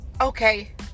okay